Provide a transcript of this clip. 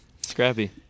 Scrappy